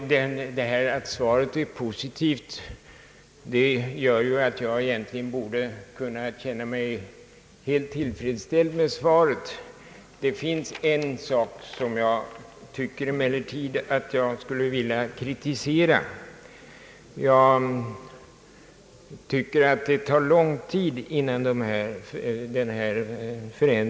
Att svaret är positivt gör att jag egentligen borde känna mig helt tillfredsställd. Det finns emellertid en sak som jag vill kritisera. Jag tycker att det tar lång tid innan ändringen kan genomföras.